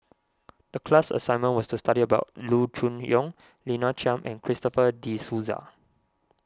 the class assignment was to study about Loo Choon Yong Lina Chiam and Christopher De Souza